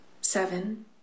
seven